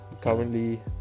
currently